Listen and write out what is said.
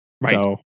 right